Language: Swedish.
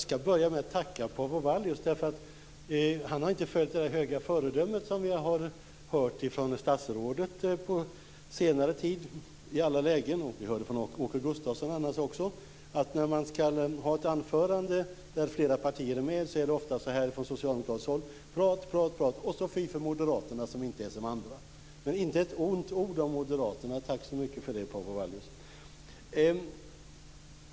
Herr talman! Jag ska börja med att tacka Paavo Vallius. Han har inte följt det höga föredöme som vi på senare tid har hört från statsrådet i alla lägen och som vi hörde från Åke Gustavsson här också. När man från socialdemokratiskt håll ska ha ett anförande i en debatt med flera partier är det ofta prat och prat och fy för moderaterna, som inte är som andra. Paavo Vallius sade inte ett ont ord om Moderaterna. Tack så mycket för det!